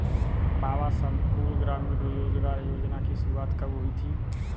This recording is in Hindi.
बाबा संपूर्ण ग्रामीण रोजगार योजना की शुरुआत कब हुई थी?